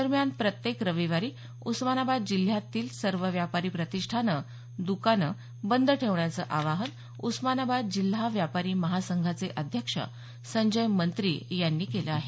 दरम्यान प्रत्येक रविवारी उस्मानाबाद जिल्ह्यातील सर्व व्यापारी प्रतिष्ठानं द्कान बंद ठेवण्याचं आवाहन उस्मानाबाद जिल्हा व्यापारी महासंघाचे अध्यक्ष संजय मंत्री यांनी केलं आहे